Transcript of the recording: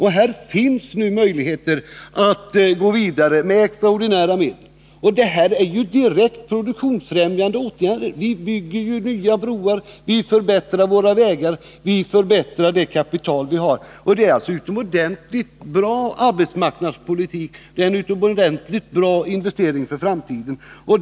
Här finns nu möjligheter att gå vidare med extraordinära medel. Det är fråga om direkt produktionsfrämjande åtgärder. Vi vill bygga broar och förbättra våra vägar och underhåller därmed det kapital som vi har. Det är en utomordentligt bra arbetsmarknadspolitik och en synnerligen god investering för framtiden.